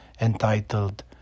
entitled